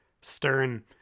stern